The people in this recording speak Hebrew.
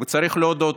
וצריך להודות,